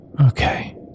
Okay